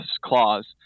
clause